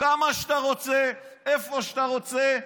כמה שאתה רוצה, איפה שאתה רוצה.